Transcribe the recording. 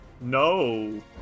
No